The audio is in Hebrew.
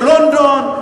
בלונדון,